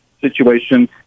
situation